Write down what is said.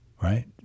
right